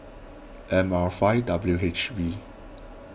M R five W H V